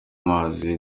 mazi